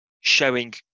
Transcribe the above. showing